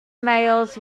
mails